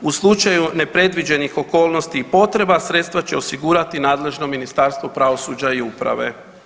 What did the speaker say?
U slučaju nepredviđenih okolnosti i potreba sredstva će osigurati nadležno Ministarstvo pravosuđa i uprave.